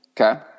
Okay